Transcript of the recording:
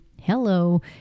hello